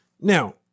Now